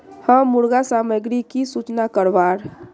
हम मुर्गा सामग्री की सूचना करवार?